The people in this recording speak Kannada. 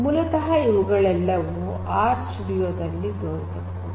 ಮೂಲತಃ ಇವುಗಳೆಲ್ಲವನ್ನು ಆರ್ ಸ್ಟುಡಿಯೋ ದಲ್ಲಿ ತೋರಿಸಬಹುದು